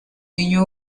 niño